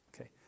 Okay